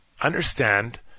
understand